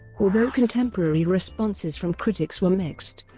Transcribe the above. although contemporary responses from critics were mixed,